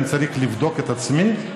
אני צריך לבדוק את עצמי?